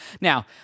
Now